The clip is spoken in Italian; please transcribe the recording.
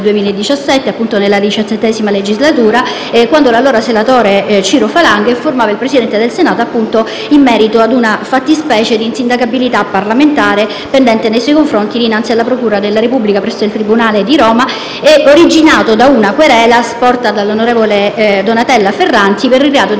corso della XVII legislatura, quando l'allora senatore Ciro Falanga informava il Presidente del Senato in merito a una fattispecie di insindacabilità parlamentare pendente nei suoi confronti dinanzi alla procura della Repubblica presso il tribunale di Roma, originata da una querela sporta dall'onorevole Donatella Ferranti per il reato di diffamazione